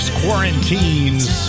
quarantines